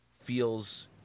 feels